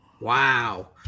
Wow